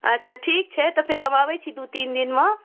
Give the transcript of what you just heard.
अच्छा ठीक छै तऽ फेर हम अबै छी दुइ तीन दिनमे